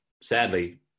sadly